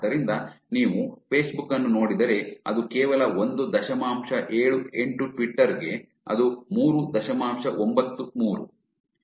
ಆದ್ದರಿಂದ ನೀವು ಫೇಸ್ಬುಕ್ ಅನ್ನು ನೋಡಿದರೆ ಅದು ಕೇವಲ ಒಂದು ದಶಮಾಂಶ ಏಳು ಎಂಟು ಟ್ವಿಟರ್ ಗೆ ಅದು ಮೂರು ದಶಮಾಂಶ ಒಂಬತ್ತು ಮೂರು